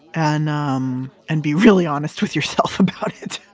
and um and be really honest with yourself about it.